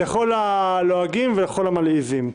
לכל הלועגים ולכל המלעיזים.